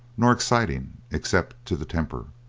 nor exciting, except to the temper.